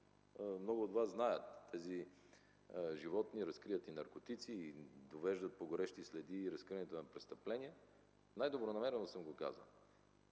много от Вас знаят, тези животни разкриват и наркотици, и довеждат по горещи следи разкриването на престъпления, най-добронамерено съм го казал.